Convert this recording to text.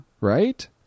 Right